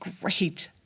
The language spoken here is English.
great